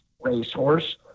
racehorse